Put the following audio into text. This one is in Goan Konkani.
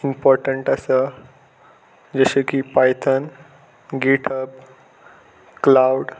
इम्पोटंट आसा जशें की पायथन गेटब क्लावड